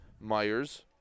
Myers